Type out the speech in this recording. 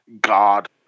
god